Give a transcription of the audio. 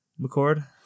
McCord